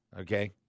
okay